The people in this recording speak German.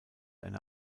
eine